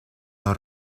los